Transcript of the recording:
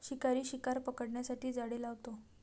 शिकारी शिकार पकडण्यासाठी जाळे लावतो